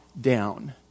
down